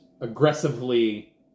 aggressively